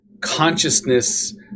consciousness